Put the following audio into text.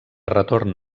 retorn